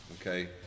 okay